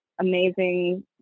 amazing